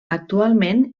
actualment